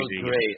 great